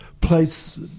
place